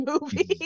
movie